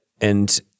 and-